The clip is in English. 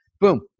boom